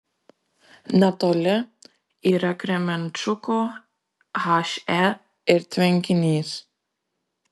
netoli yra kremenčuko he ir tvenkinys